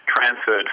transferred